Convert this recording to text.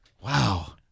Wow